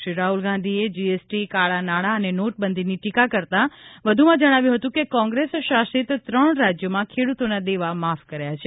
શ્રી રાહુલ ગાંધીએ જીએસટી કાળા નાણાં અને નોટબંધીની ટીકા કરતાં વધૂમાં જણાવ્યું હતું કે કોંગ્રેસ શાસિત ત્રણ રાજ્યોમાં ખેડૂતોના દેવા માફ કર્યા છે